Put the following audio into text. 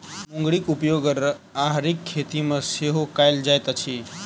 मुंगरीक उपयोग राहरिक खेती मे सेहो कयल जाइत अछि